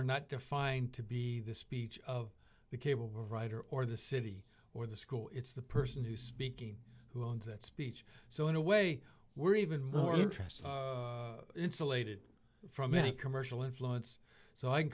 are not defined to be the speech of the cable writer or the city or the school it's the person who's speaking who owns that speech so in a way we're even more interested insulated from any commercial influence so i can